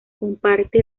comparte